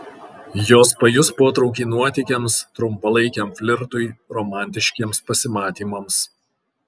jos pajus potraukį nuotykiams trumpalaikiam flirtui romantiškiems pasimatymams